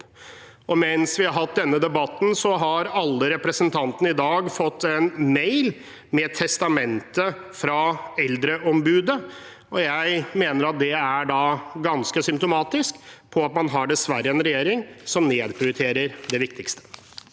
Mens vi har hatt denne debatten, har alle representantene fått en e-mail med et testament fra Eldreombudet. Jeg mener at det er ganske symptomatisk – man har dessverre en regjering som nedprioriterer det viktigste.